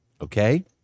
Okay